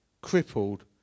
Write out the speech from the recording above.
crippled